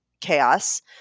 chaos